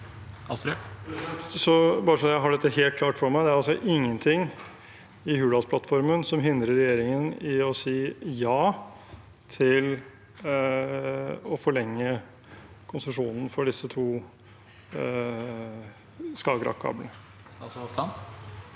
meg: Det er altså ingenting i Hurdalsplattformen som hindrer regjeringen i å si ja til å forlenge konsesjonen for disse to Skagerrak-kablene? Statsråd